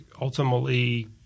ultimately